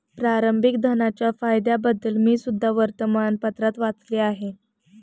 प्रारंभिक धनाच्या फायद्यांबद्दल मी सुद्धा वर्तमानपत्रात वाचले आहे